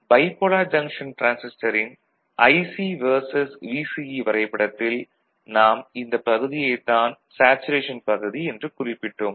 bipolar junction டிரான்சிஸ்டரின் IC versus VCE வரைபடத்தில் நாம் இந்தப் பகுதியைத் தான் சேச்சுரேஷன் பகுதி என்று குறிப்பிட்டோம்